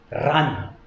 run